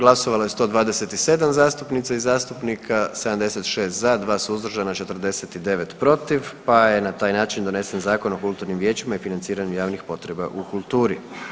Glasovalo je 127 zastupnica i zastupnika, 76 za, 2 suzdržana, 49 protiv pa je na taj način donesen Zakon o kulturnim vijećima i financiranju javnih potreba u kulturi.